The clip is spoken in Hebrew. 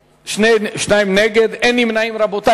שניים נגד, אין נמנעים, רבותי.